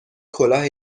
کلاه